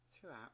throughout